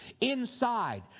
Inside